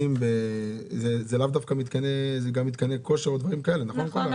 זה גם מתקני כושר או דברים כאלה, נכון?